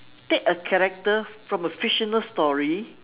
take a character from a fictional story